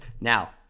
Now